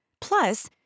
Plus